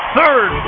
Third